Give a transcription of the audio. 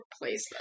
place